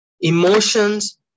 Emotions